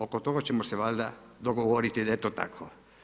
Oko toga ćemo se valjda dogovoriti da je to tako.